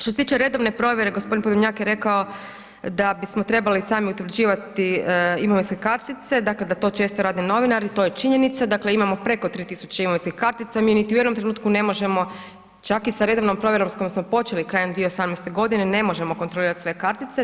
Što se tiče redovne provjere, gospodin Podolnjak je rekao da bismo trebali sami utvrđivati imovinske kartice, dakle da to često rade novinari, to je činjenica, dakle imamo preko 3.000 imovinskih kartica mi niti u jednom trenutku ne možemo čak i sa redovnom provjerom s kojom smo počeli krajem 2018. godine, ne možemo kontrolirati sve kartice.